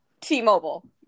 T-Mobile